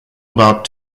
about